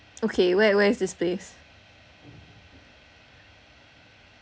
okay where where is this place